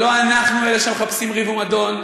שלא אנחנו אלה שמחפשים ריב ומדון,